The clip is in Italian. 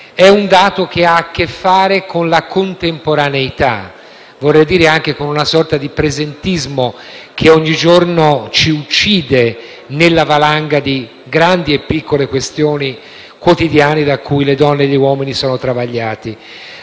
È un dato che ha a che fare con la contemporaneità e - vorrei dire - anche con una sorta di presentismo, che ogni giorno ci uccide nella valanga di grandi e piccole questioni quotidiane da cui le donne e gli uomini sono travagliati.